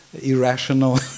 irrational